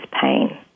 pain